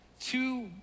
two